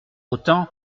autant